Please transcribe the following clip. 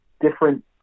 different